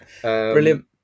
Brilliant